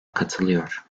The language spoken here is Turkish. katılıyor